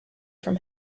from